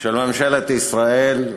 של ממשלת ישראל,